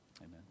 Amen